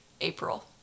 april